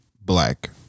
black